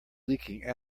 leaking